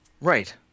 Right